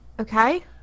Okay